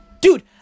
Dude